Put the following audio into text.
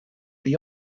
the